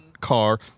car